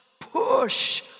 push